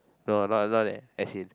no not not that as in